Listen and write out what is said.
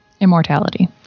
Immortality